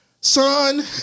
son